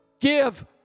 Give